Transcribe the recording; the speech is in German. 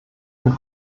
ein